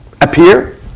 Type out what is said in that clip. appear